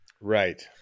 Right